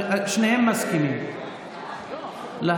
שניהם מסכימים להתניה.